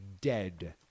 dead